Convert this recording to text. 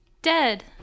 Dead